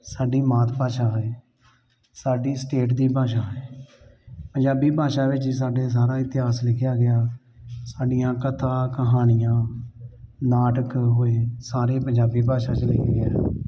ਸਾਡੀ ਮਾਤ ਭਾਸ਼ਾ ਹੈ ਸਾਡੀ ਸਟੇਟ ਦੀ ਭਾਸ਼ਾ ਹੈ ਪੰਜਾਬੀ ਭਾਸ਼ਾ ਵਿੱਚ ਹੀ ਸਾਡੇ ਸਾਰਾ ਇਤਿਹਾਸ ਲਿਖਿਆ ਗਿਆ ਸਾਡੀਆਂ ਕਥਾ ਕਹਾਣੀਆਂ ਨਾਟਕ ਹੋਏ ਸਾਰੇ ਪੰਜਾਬੀ ਭਾਸ਼ਾ 'ਚ ਲਿਖੇ ਗਏ ਹਨ